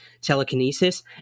telekinesis